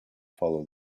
follow